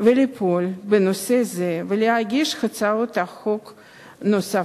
ולפעול בנושא זה ולהגיש הצעות חוק נוספות.